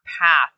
path